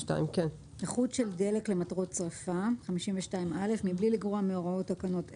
איכות של דלק למטרות שריפה מבלי לגרוע מהוראות תקנות אלה,